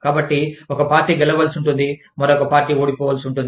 కాబట్టి ఒక పార్టీ గెలవవలసి ఉంటుంది మరొక పార్టీ ఓడిపోవలసి ఉంటుంది